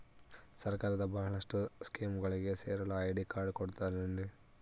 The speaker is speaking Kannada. ಸರ್ಕಾರದ ಬಹಳಷ್ಟು ಸ್ಕೇಮುಗಳಿಗೆ ಸೇರಲು ಐ.ಡಿ ಕಾರ್ಡ್ ಕೊಡುತ್ತಾರೇನ್ರಿ?